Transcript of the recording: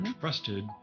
trusted